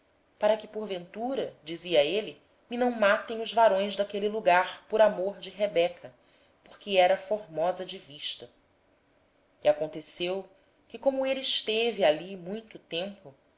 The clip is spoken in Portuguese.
para que porventura dizia ele não me matassem os homens daquele lugar por amor de rebeca porque era ela formosa à vista ora depois que ele se demorara ali muito tempo